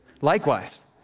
Likewise